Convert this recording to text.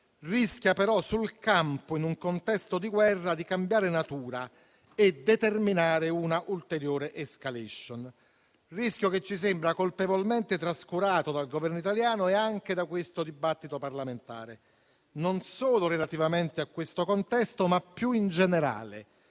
rischia però sul campo, in un contesto di guerra, di cambiare natura e determinare una ulteriore *escalation*. Tale rischio ci sembra colpevolmente trascurato dal Governo italiano e anche da questo dibattito parlamentare, non solo relativamente a questo contesto, ma più in generale